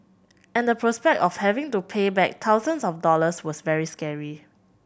and the prospect of having to pay back thousands of dollars was very scary